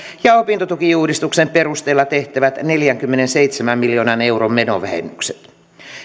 ja opintotukiuudistuksen perusteella tehtävät neljänkymmenenseitsemän miljoonan euron menovähennykset